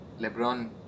Lebron